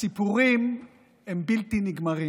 הסיפורים הם בלתי נגמרים.